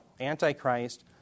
Antichrist